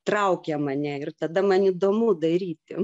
traukia mane ir tada man įdomu daryti